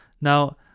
Now